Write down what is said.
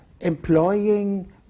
employing